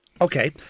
Okay